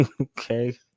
Okay